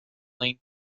lane